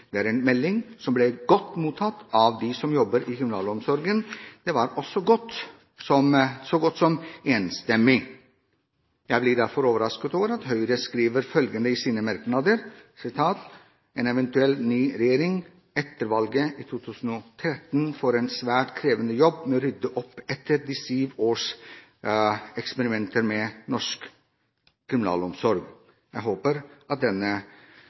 Det er en melding som ble godt mottatt av dem som jobber i kriminalomsorgen, og det var også så godt som enstemmig. Jeg blir derfor overrasket over at Høyre skriver følgende i sine merknader: «Dette gjør at en eventuell ny regjering etter valget i 2013 får en svært krevende jobb med å rydde opp etter de siste års eksperimenter med norsk kriminalomsorg.» Jeg håper at